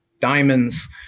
Diamonds